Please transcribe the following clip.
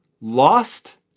lost